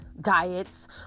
diets